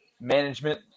management